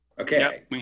Okay